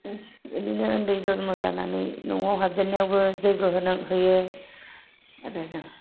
बिदिनो उन्दै जनम जानानै न'आव हाबजेननायावबो जग्य होयो